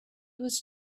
was